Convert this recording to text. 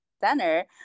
center